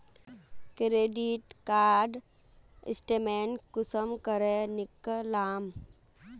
Credit card statement कुंसम करे निकलाम?